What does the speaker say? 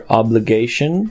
obligation